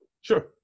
Sure